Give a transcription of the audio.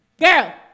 Girl